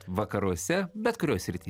vakaruose bet kurioj srity